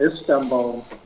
Istanbul